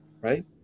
right